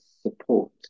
support